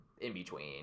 in-between